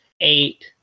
eight